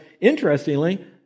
interestingly